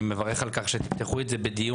אני מברך על כך שתפתחו את זה בדיון